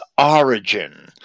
origin